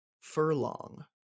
Furlong